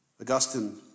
Augustine